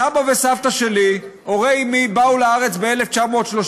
סבא וסבתא שלי, הורי אימי, באו לארץ ב-1934.